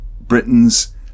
Britain's